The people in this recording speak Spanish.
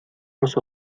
los